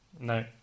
no